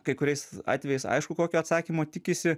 kai kuriais atvejais aišku kokio atsakymo tikisi